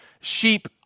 sheep